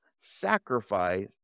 sacrifice